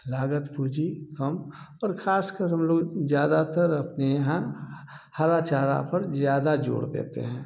लागत पूँजी कम और खासकर हम लोग ज़्यादातर अपने यहाँ हरा चारा पर ज़्यादा ज़ोर देते हैं